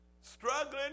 struggling